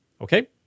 Okay